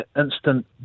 instant